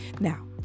Now